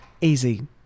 easy